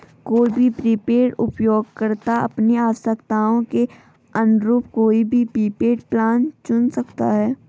कोई भी प्रीपेड उपयोगकर्ता अपनी आवश्यकताओं के अनुरूप कोई भी प्रीपेड प्लान चुन सकता है